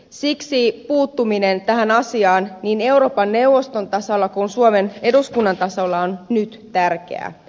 siksi puuttuminen tähän asiaan niin euroopan neuvoston tasolla kuin suomen eduskunnan tasolla on nyt tärkeää